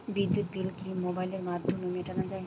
বিদ্যুৎ বিল কি মোবাইলের মাধ্যমে মেটানো য়ায়?